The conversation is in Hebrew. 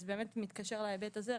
שזה באמת מתקשר להיבט הזה.